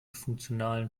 funktionalen